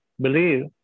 believe